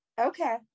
Okay